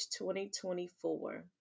2024